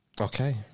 Okay